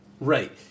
right